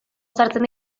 sartzen